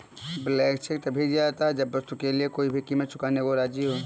blank cheque तभी दिया जाता है जब वस्तु के लिए कोई भी कीमत चुकाने को राज़ी हो